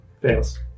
Fails